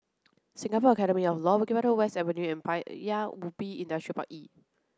Singapore Academy of Law Bukit Batok West Avenue and Paya Ubi Industrial Park E